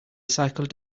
cycled